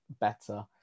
better